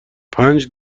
پنج